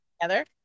together